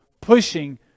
pushing